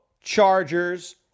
Chargers